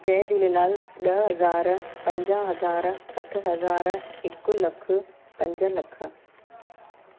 जय झूलेलाल ॾह हज़ार पंज हज़ार सठि हज़ार हिकु लखु पंज लख